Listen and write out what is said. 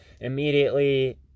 immediately